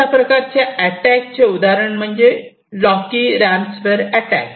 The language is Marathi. अशा प्रकारच्या अटॅकचे उदाहरण म्हणजे लोकी रॅम्सवेअर अटॅक